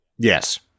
Yes